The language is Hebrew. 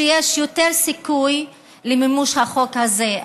שיש יותר סיכוי למימוש החוק הזה.